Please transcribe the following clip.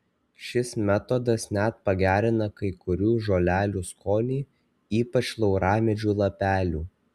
šis metodas net pagerina kai kurių žolelių skonį ypač lauramedžių lapelių